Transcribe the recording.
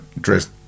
dressed